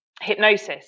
hypnosis